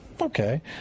Okay